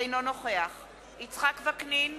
אינו נוכח יצחק וקנין,